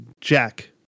jack